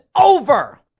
over